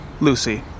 Lucy